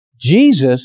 Jesus